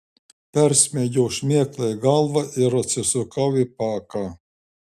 persmeigiau šmėklai galvą ir atsisukau į paką